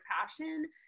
passion